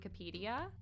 Wikipedia